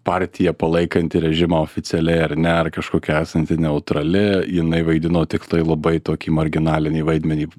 partija palaikanti režimą oficialiai ar ne ar kažkokia esanti neutrali jinai vaidino tiktai labai tokį marginalinį vaidmenį